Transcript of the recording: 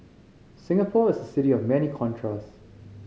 Singapore is a city of many contrasts